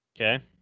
Okay